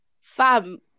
Fam